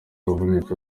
wavunitse